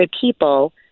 people